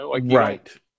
Right